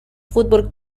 fútbol